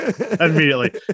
immediately